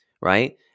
right